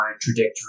trajectory